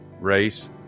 race